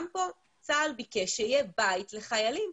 גם פה צה"ל ביקש שיהיה בית לחיילים.